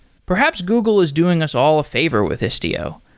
perhaps google is doing us all a favor with istio.